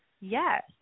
yes